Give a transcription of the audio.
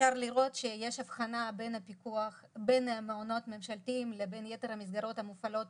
אפשר לראות שיש הבחנה בין מעונות ממשלתיים לבין יתר המסגרות המופעלות